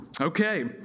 Okay